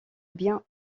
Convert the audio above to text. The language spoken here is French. bien